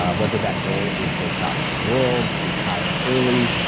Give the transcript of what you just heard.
ah whether that goal is to travel the world, to retire early,